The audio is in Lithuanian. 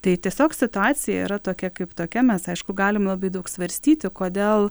tai tiesiog situacija yra tokia kaip tokia mes aišku galim labai daug svarstyti kodėl